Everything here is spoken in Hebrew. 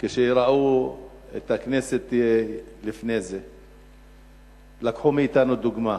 אחרי שראו את הכנסת, לקחו מאתנו דוגמה.